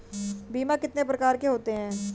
बीमा कितने प्रकार के होते हैं?